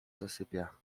zasypia